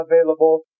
available